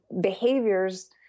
behaviors